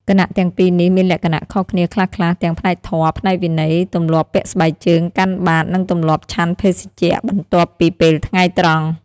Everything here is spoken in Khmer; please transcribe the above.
គណៈទាំងពីរនេះមានលក្ខណៈខុសគ្នាខ្លះៗទាំងផ្នែកធម៌ ផ្នែកវិន័យ ទម្លាប់ពាក់ស្បែកជើង កាន់បាត្រ និងទម្លាប់ឆាន់ភេសជ្ជៈបន្ទាប់ពីពេលថ្ងៃត្រង់។